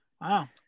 Wow